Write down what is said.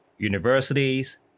universities